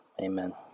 amen